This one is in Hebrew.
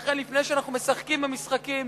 לכן, לפני שאנחנו משחקים במשחקים